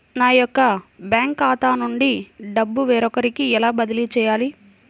నా యొక్క బ్యాంకు ఖాతా నుండి డబ్బు వేరొకరికి ఎలా బదిలీ చేయాలి?